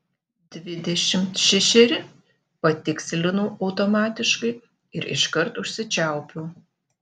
dvidešimt šešeri patikslinau automatiškai ir iškart užsičiaupiau